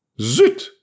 Zut